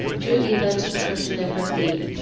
drew eva to the cushion at her feet,